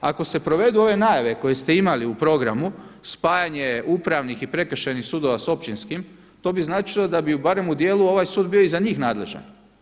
Ako se provedu ove najave koje ste imali u programu spajanje Upravnih i Prekršajnih sudova sa Općinskim, to bi značilo da bi barem u dijelu ovaj sud bio i za njih nadležan.